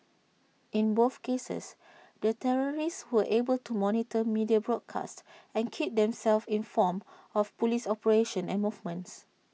in both cases the terrorists were able to monitor media broadcasts and keep themselves informed of Police operations and movements